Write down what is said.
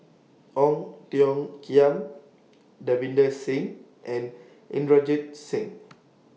Ong Tiong Khiam Davinder Singh and Inderjit Singh